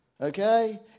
okay